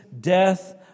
death